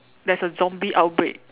there's a zombie outbreak